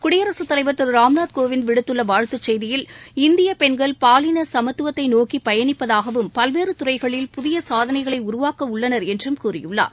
குடியரசுத் தலைவர் திரு ராம்நாத் கோவிந்த் விடுத்துள்ள வாழ்த்தச்செய்தியில் இந்திய பெண்கள் பாலின சமத்துவத்தை நோக்கி பயணிப்பதாகவும் பல்வேறு துறைகளில் புதிய சாதனைகளை உருவாக்க உள்ளனர் என்றும் கூறியுள்ளார்